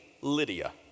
Lydia